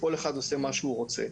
כל אחד עושה מה שהוא רוצה.